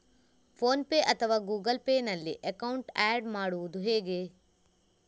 Phone pay ಅಥವಾ Google pay ನಲ್ಲಿ account add ಮಾಡುವುದು ಹೇಗೆ?